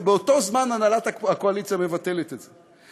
ובאותו זמן הנהלת הקואליציה מבטלת את זה,